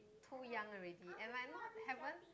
too young already and I not haven't